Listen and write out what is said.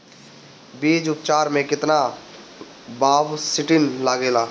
बीज उपचार में केतना बावस्टीन लागेला?